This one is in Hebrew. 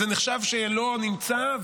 אז זה נחשב שלא נמצא,